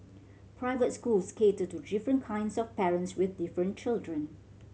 private schools cater to different kinds of parents with different children